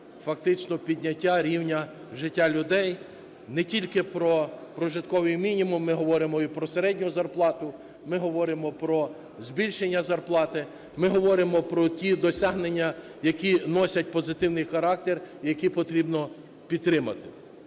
фактично підняття рівня життя людей, не тільки про прожитковий мінімум ми говоримо, і про середню зарплату, ми говоримо про збільшення зарплати. Ми говоримо про ті досягнення, які носять позитивний характер і які потрібно підтримати.